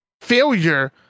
failure